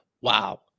Wow